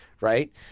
right